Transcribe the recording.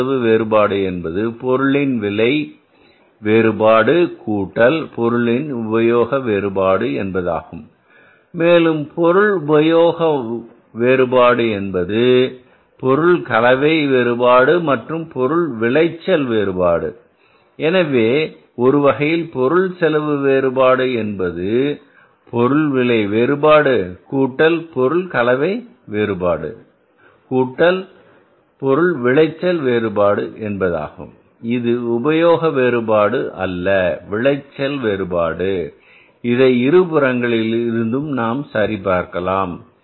பொருள் செலவு வேறுபாடு என்பது பொருளின் விலை வேறுபாடு கூட்டல் பொருள் உபயோக வேறுபாடு என்பதாகும் மேலும் பொருள் உபயோக வேறுபாடு என்பது பொருள் கலவை வேறுபாடு மற்றும் பொருள் விளைச்சல்வேறுபாடு எனவே ஒருவகையில் பொருள் செலவு வேறுபாடு என்பது பொருள் விலை வேறுபாடு கூட்டல் பொருள் கலவை வேறுபாடு கூட்டல் பொருள் விளைச்சல் வேறுபாடு என்பதாகும் இது உபயோக வேறுபாடு அல்ல விளைச்சல் வேறுபாடு இதை இருபுறங்களில் இருந்தும் நாம் சரி பார்க்கலாம்